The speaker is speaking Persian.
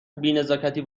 بینزاکتی